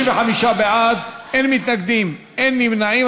35 בעד, אין מתנגדים, אין נמנעים.